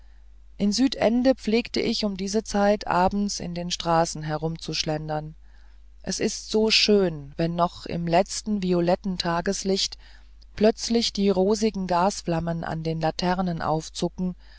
in südende pflegte ich um diese zeit abends in der straße herumzuschlendern es ist so schön wenn noch im letzten violetten tageslicht plötzlich die rosigen gasflammen an den laternen aufzucken